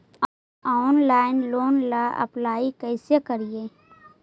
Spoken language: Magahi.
ऑनलाइन लोन ला अप्लाई कैसे करी?